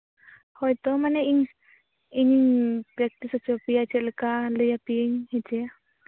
ᱦᱳᱭᱛᱳ ᱢᱟᱱᱮ ᱤᱧ ᱤᱧ ᱯᱮᱠᱴᱤᱥ ᱦᱚᱪᱚ ᱯᱮᱭᱟ ᱪᱮᱫᱞᱮᱠᱟ ᱞᱟᱹᱭᱟᱯᱚᱭᱟᱹᱧ ᱦᱮᱸᱥ